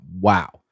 Wow